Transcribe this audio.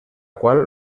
qual